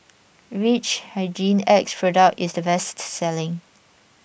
which Hygin X product is the best selling